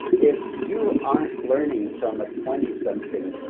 if you aren't learning from a twenty, something,